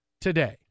today